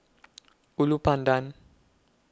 Ulu Pandan